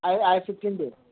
I I ফিফটিনটো